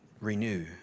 renew